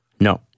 No